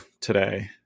today